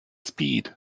speed